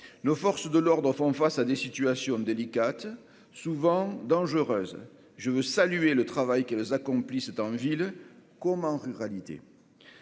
nos forces de l'ordre ont font face à des situations délicates souvent dangereuses, je veux saluer le travail qu'ils accomplissent dans une ville comme ruralité